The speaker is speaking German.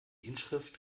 inschrift